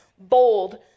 Bold